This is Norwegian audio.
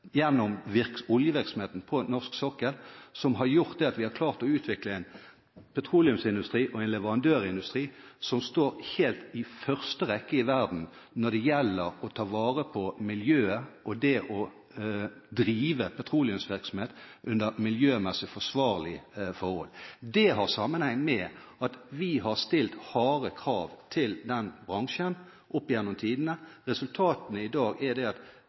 gjennom oljevirksomheten på norsk sokkel, som har gjort at vi har klart å utvikle en petroleumsindustri og en leverandørindustri som står helt i første rekke i verden når det gjelder å ta vare på miljøet og å drive petroleumsvirksomhet under miljømessig forsvarlige forhold. Det har sammenheng med at vi har stilt harde krav til denne bransjen opp gjennom tidene. Resultatene i dag er at virksomheten på norsk sokkel har svært lave utslipp. Det